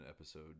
episode